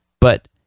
But-